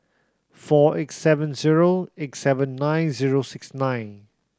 four eight seven zero eight seven nine zero six nine